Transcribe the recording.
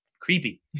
creepy